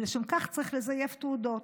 ולשם כך צריך לזייף תעודות.